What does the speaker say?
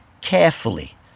carefully